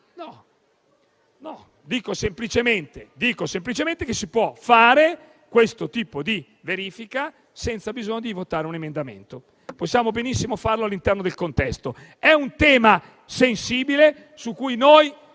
No, dico semplicemente che si può fare questo tipo di verifica senza bisogno di votare un emendamento; possiamo benissimo farlo all'interno del contesto. È un tema sensibile, su cui diamo